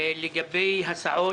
כשיבואו נושאים שקשורים למערכת החינוך,